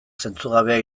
zentzugabea